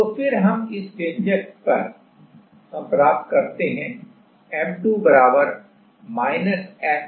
तो फिर इस व्यंजक पर हम प्राप्त करते हैं M2 FL 2से